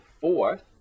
fourth